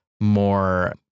more